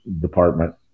department